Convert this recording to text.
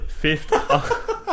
fifth